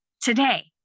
today